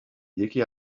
یکی